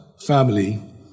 family